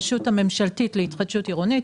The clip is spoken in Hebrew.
הרשות הממשלתית להתחדשות עירונית,